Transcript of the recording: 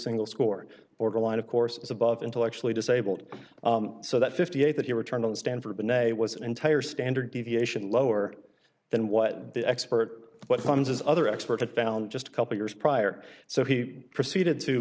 single scored borderline of course is above intellectually disabled so that fifty eight that he returned on stanford benet was an entire standard deviation lower than what the expert what comes other expert it found just a couple years prior so he proceeded to